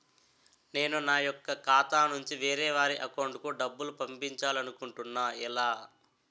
నేను నా యెక్క ఖాతా నుంచి వేరే వారి అకౌంట్ కు డబ్బులు పంపించాలనుకుంటున్నా ఎలా?